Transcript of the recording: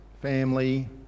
family